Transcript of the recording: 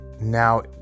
now